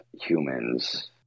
humans